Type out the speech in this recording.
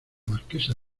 marquesa